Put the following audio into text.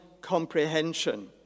comprehension